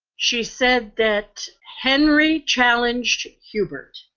she said that henry challenged hubert.